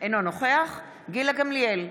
אינו נוכח גילה גמליאל,